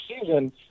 season